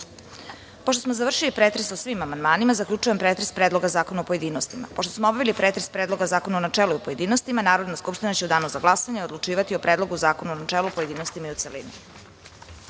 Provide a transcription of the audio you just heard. (Ne.)Pošto smo završili pretres o svim amandmanima, zaključujem pretres Predloga zakona u pojedinostima. Pošto smo obavili pretres Predloga zakona u načelu i u pojedinostima, Narodna skupština će u danu za glasanje odlučivati o Predlogu zakona u načelu, pojedinostima i u